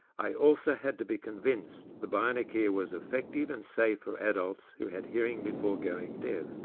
i also had to be convinced the bionic ear was effective and safe for adults who had hearing before going deaf.